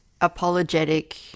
apologetic